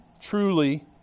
truly